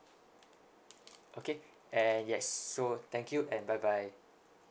okay and yes so thank you and bye bye